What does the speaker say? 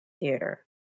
theater